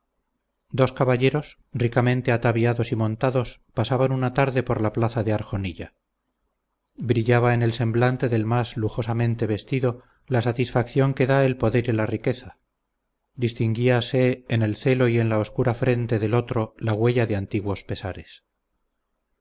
dos caballeros ricamente ataviados y montados pasaban una tarde por la plaza de arjonilla brillaba en el semblante del más lujosamente vestido la satisfacción que da el poder y la riqueza distinguíase en el celo y en la oscura frente del otro la huella de antiguos pesares